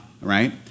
right